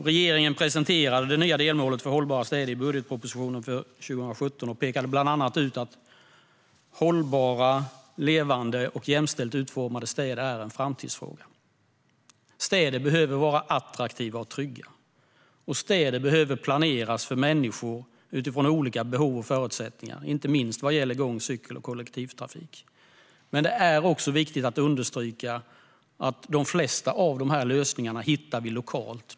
Regeringen presenterade det nya delmålet för hållbara städer i budgetpropositionen för 2017, och pekar bland annat ut att hållbara, levande och jämställt utformade städer är en framtidsfråga. Städer behöver vara attraktiva och trygga. Städer behöver planeras för människor utifrån olika behov och förutsättningar, inte minst vad gäller gång-, cykel och kollektivtrafik. Men det är viktigt att understryka att många av de här lösningarna finns lokalt.